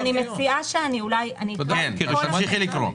אני מציעה שאני אקרא את כל הסעיף.